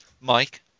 Mike